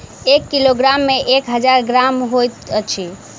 एक किलोग्राम मे एक हजार ग्राम होइत अछि